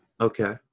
okay